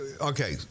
okay